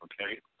okay